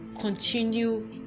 continue